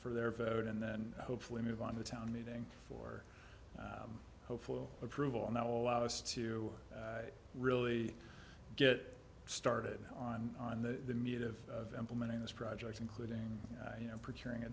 for their vote and then hopefully move on to the town meeting for hopeful approval and that will allow us to really get started on on the meat of implementing this project including you know procuring a